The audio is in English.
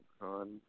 on